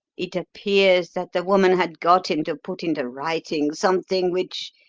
it appears that the woman had got him to put into writing something which,